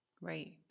Right